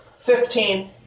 Fifteen